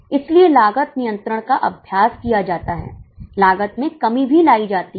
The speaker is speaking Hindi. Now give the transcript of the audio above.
इसलिए लागत नियंत्रण का अभ्यास किया जाता है लागत में कमी भी लाई जाती है